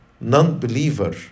non-believer